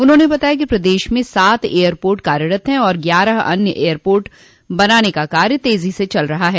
उन्होंने बतायाकि प्रदेश में सात एयरपोर्ट कार्यरत है और ग्यारह अन्य एयरपोर्ट बनाने का कार्य तेजी से चल रहा हैं